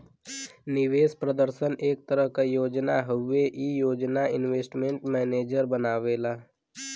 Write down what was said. निवेश प्रदर्शन एक तरह क योजना हउवे ई योजना इन्वेस्टमेंट मैनेजर बनावेला